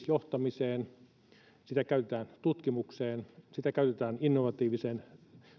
johtamiseen niitä käytetään tutkimukseen niitä käytetään innovatiiviseen